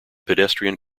pedestrian